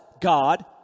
God